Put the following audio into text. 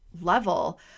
level